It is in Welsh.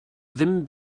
ddim